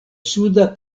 suda